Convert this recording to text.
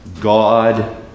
God